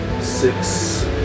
Six